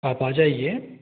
आप आ जाइए